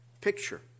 picture